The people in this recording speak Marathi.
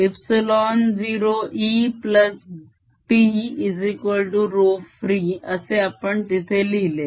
curl ε0E P ρfree असे आपण तिथे लिहिले